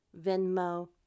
Venmo